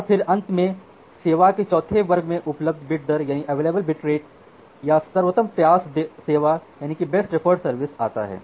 और फिर अंत में सेवा के चौथे वर्ग में उपलब्ध बिट दर या सर्वोत्तम प्रयास सेवा आता है